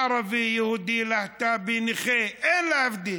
ערבי, יהודי, להט"בי, נכה, אין להבדיל.